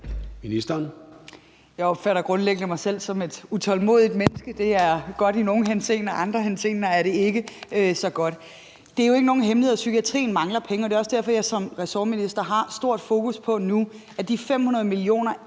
Løhde): Jeg opfatter grundlæggende mig selv som et utålmodigt menneske; det er godt i nogle henseender, i andre henseender er det ikke så godt. Det er jo ikke nogen hemmelighed, at psykiatrien mangler penge, og det er også derfor, at jeg som ressortminister har stort fokus på nu, at de 500 mio.